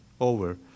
over